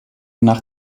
nach